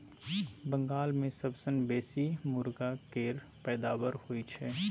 बंगाल मे सबसँ बेसी मुरगा केर पैदाबार होई छै